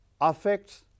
affects